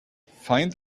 find